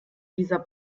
dieser